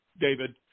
David